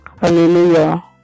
Hallelujah